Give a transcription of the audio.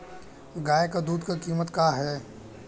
गाय क दूध क कीमत का हैं?